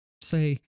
say